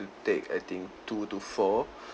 take I think two to four